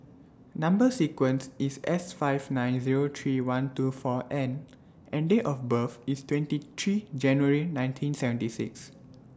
Number sequence IS S five nine Zero three one two four N and Date of birth IS twenty three January nineteen seventy six